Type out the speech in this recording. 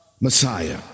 Messiah